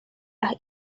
las